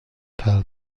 belle